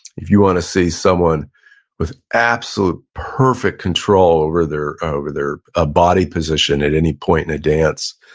if you wanna see someone with absolute perfect control over their over their ah body position at any point in a dance,